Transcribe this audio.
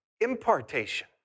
impartation